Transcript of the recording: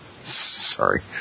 Sorry